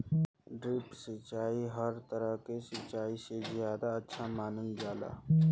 drip सिंचाई हर तरह के सिचाई से ज्यादा अच्छा मानल जाला